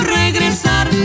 regresar